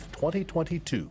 2022